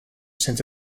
since